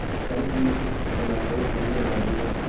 some of you remember, we remember,